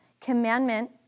Commandment